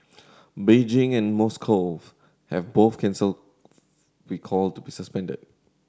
Beijing and Moscow have both canceled be called to be suspended